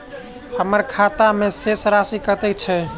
हम्मर खाता मे शेष राशि कतेक छैय?